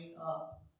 up